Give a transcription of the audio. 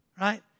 right